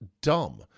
dumb